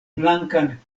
blankan